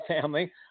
family